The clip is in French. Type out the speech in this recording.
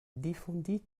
défendit